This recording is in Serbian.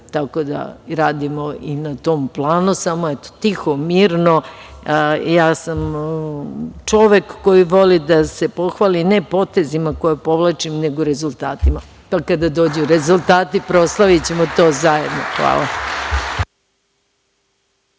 Tako da radimo i na tom planu, samo tiho, mirno. Ja sam čovek koji voli da se pohvali ne potezima koje povlačim, nego rezultatima. Kada dođu rezultati, proslavićemo to zajedno. Hvala.